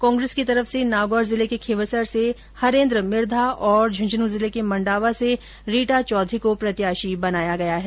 कांग्रेस की तरफ से नागौर जिले के खींवसर से हरेन्द्र मिर्धा और झुन्झुन् जिले के मण्डावा से रीटा चौधरी को प्रत्याशी बनाया गया है